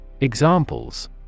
Examples